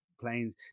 planes